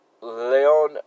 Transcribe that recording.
Leon